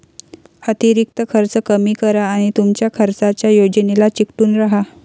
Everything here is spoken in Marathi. अतिरिक्त खर्च कमी करा आणि तुमच्या खर्चाच्या योजनेला चिकटून राहा